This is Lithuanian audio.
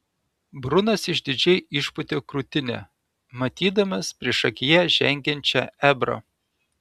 brunas išdidžiai išpūtė krūtinę matydamas priešakyje žengiančią ebrą